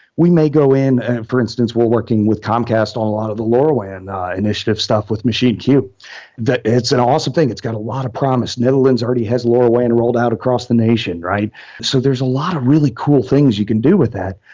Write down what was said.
we may go in for instance, we're working with comcast on a lot of the lorawan initiative stuff with machineq, that that it's an awesome thing. it's got a lot of promise. netherlands already has lorawan rolled out across the nation. so there's a lot of really cool things you can do with that,